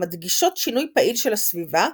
המדגישות שינוי פעיל של הסביבה,